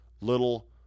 little